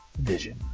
vision